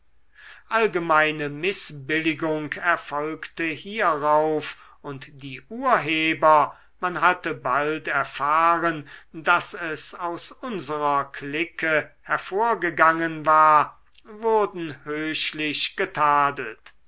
allgemeine mißbilligung erfolgte hierauf und die urheber man hatte bald erfahren daß es aus unserer clique hervorgegangen war wurden höchlich